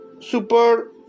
super